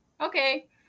okay